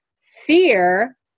fear